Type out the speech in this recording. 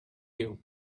you